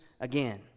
again